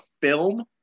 film